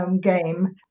game